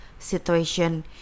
Situation